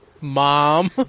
Mom